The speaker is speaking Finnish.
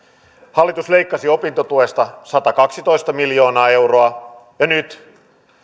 hallitus leikkasi opintotuesta satakaksitoista miljoonaa euroa ja nyt